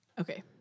Okay